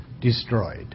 Destroyed